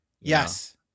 Yes